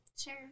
Sure